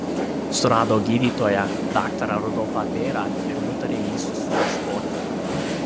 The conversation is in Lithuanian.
surado gydytoją daktarą rudolfą bėrą ir nutarė jį susiieškoti